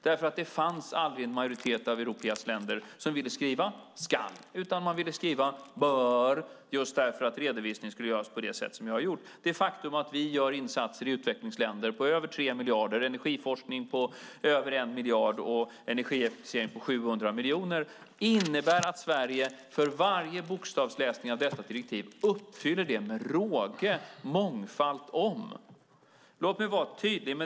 Det fanns aldrig en majoritet av EU:s länder som ville skriva skall utan de ville skriva bör just därför att redovisningen ska göras på det sätt som jag har gjort. Det faktum att vi gör insatser i utvecklingsländer på över 3 miljarder, energiforskning på över 1 miljard och energieffektivisering på 700 miljoner innebär att Sverige för varje bokstavsläsning av detta direktiv uppfyller det med råge - mångfalt om. Låt mig vara tydlig.